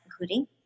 including